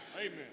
Amen